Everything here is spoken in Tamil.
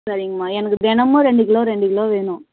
சரிங்கம்மா எனக்கு தினமும் ரெண்டு கிலோ ரெண்டு கிலோ வேணும்